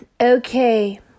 Okay